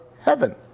heaven